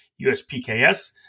USPKS